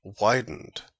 widened